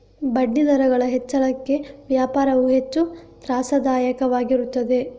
ಬಡ್ಡಿದರಗಳ ಹೆಚ್ಚಳಕ್ಕೆ ವ್ಯಾಪಾರವು ಹೆಚ್ಚು ತ್ರಾಸದಾಯಕವಾಗಿರುತ್ತದೆ